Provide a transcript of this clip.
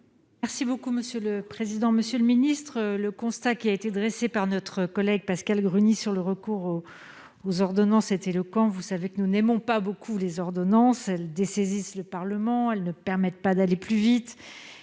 Merci beaucoup monsieur le président, monsieur le ministre, le constat qui a été dressé par notre collègue Pascale Gruny sur le recours aux ordonnances est éloquent, vous savez que nous n'aimons pas beaucoup les ordonnances elle dessaisissent le Parlement, elles ne permettent pas d'aller plus vite